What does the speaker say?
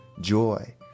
joy